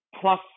plus